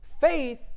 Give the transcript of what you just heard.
Faith